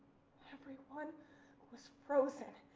everyone was frozen,